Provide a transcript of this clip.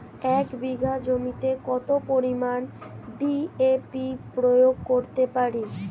এক বিঘা জমিতে কত পরিমান ডি.এ.পি প্রয়োগ করতে পারি?